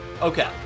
Okay